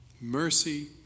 Mercy